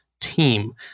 team